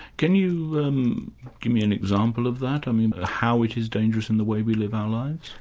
can you um give me an example of that, i mean how it is dangerous in the way we live our lives.